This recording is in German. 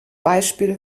beispiele